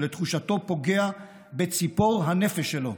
שלתחושתו פוגע בציפור הנפש שלו.